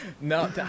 No